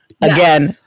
again